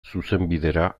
zuzenbidera